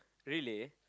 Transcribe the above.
really